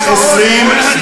הציוני,